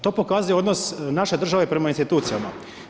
To pokazuje odnos naše države prema institucijama.